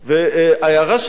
ההערה שלי פה,